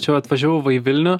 čia atvažiavau va į vilnių